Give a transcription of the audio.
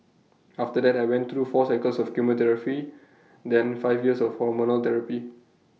after that I went through four cycles of chemotherapy then five years of hormonal therapy